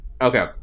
Okay